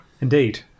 Indeed